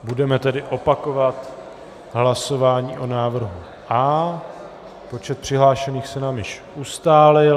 Budeme tedy opakovat hlasování o návrhu A. Počet přihlášených se nám již ustálil.